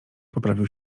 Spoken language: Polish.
poprawił